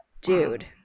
Dude